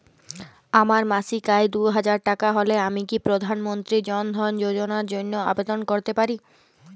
আমার মাসিক আয় দুহাজার টাকা হলে আমি কি প্রধান মন্ত্রী জন ধন যোজনার জন্য আবেদন করতে পারি?